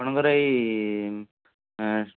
ଆପଣଙ୍କର ଏଇ ଏଁ